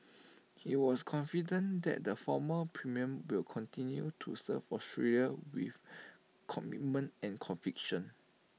he was confident that the former premium will continue to serve Australia with commitment and conviction